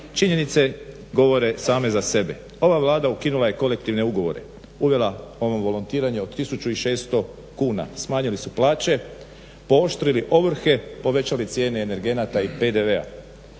Činjenice govore same za sebe. Ova Vlada ukinula je kolektivne ugovore, uvela ovo volontiranje od 1600 kuna, smanjili su plaće, pooštrili ovrhe, povećali cijene energenata i PDV-a,